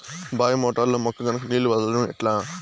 బాయి మోటారు లో మొక్క జొన్నకు నీళ్లు వదలడం ఎట్లా?